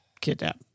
kidnap